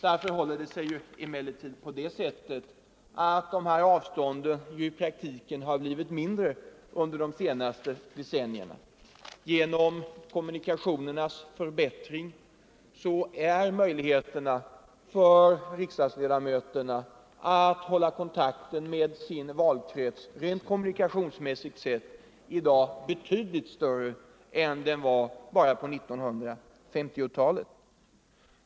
Dessa avstånd har emellertid i praktiken blivit mindre under de senaste decennierna. Genom kommunikationernas förbättring är möjligheterna för riksdagsledamöterna att hålla kontakt med sin valkrets rent kommunikationsmässigt nu betydligt större än bara på 1950-talet.